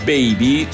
Baby